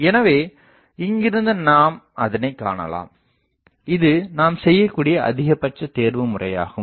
எனவே இங்கிருந்து நாம் அதைக்காணலாம் இது நாம் செய்யக்கூடிய அதிகபட்ச தேர்வுமுறையாகும்